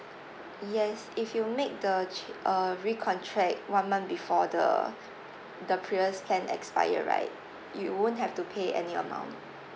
yes if you make the cha~ uh recontract one month before the the previous plan expire right you won't have to pay any amount